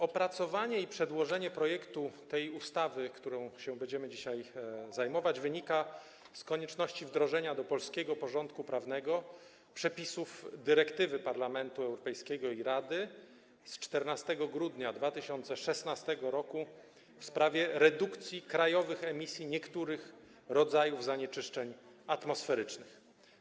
Opracowanie i przedłożenie projektu ustawy, którą będziemy się dzisiaj zajmować, wynika z konieczności wdrożenia do polskiego porządku prawnego przepisów dyrektywy Parlamentu Europejskiego i Rady z 14 grudnia 2016 r. w sprawie redukcji krajowych emisji niektórych rodzajów zanieczyszczeń atmosferycznych.